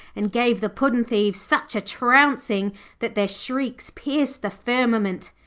and gave the puddin'-thieves such a trouncing that their shrieks pierced the firmament.